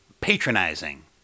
patronizing